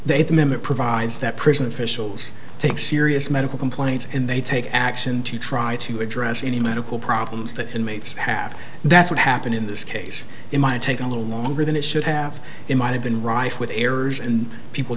minute provides that prison officials take serious medical complaints and they take action to try to address any medical problems that inmates have that's what happened in this case it might take a little longer than it should have it might have been rife with errors and people